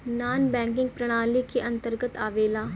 नानॅ banking प्रणाली के अंतर्गत आवेला